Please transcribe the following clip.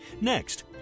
Next